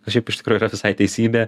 kas šiaip iš tikro yra visai teisybė